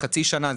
חצי שנה,